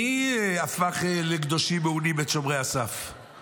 מי הפך את שומרי הסף לקדושים מעונים?